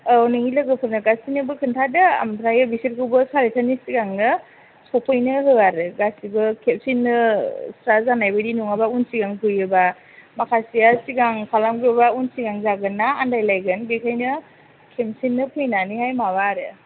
औ नोंनि लोगोफोरनो गासैनोबो खिन्थादो ओमफ्राय बिसोरखौबो सारिथानि सिगांनो सफैनो हो आरो गासैबो खेबसेनो स्रा जानाय बादि नङाबा उन सिगां फैयोबा माखासेया सिगां खालामग्रोबा उन सिगां जागोनना आनदाय लायगोन बेखायनो खेबसेनो फैनानैहाय माबा आरो